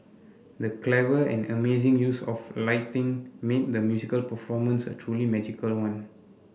the clever and amazing use of lighting made the musical performance a truly magical one